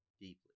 deeply